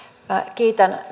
kiitän